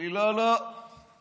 אומר לי: לא, לא, כלום.